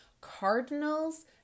cardinals